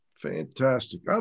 Fantastic